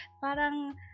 Parang